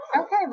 Okay